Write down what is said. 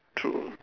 true